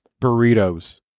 burritos